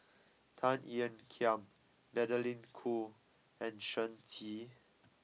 Tan Ean Kiam Magdalene Khoo and Shen Xi